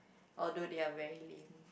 although they are very lame